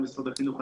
למשרד החינוך.